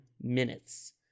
minutes